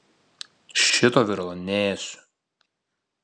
šito viralo neėsiu